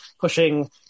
pushing